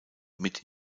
mit